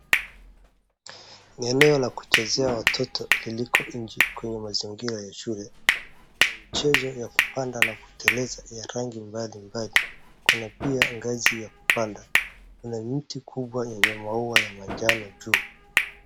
Eneo la kuchezea ya watoto iliyo nje kwenye mazingira ya shule na mchezo ya kupanda na kuteleza ya rangi mbalimbali. Kuna pia ngazi ya kupanda. Kuna mti kubwa yenye maua ya manjano juu.